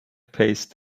paste